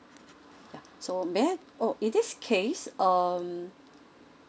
so may I oh in this case um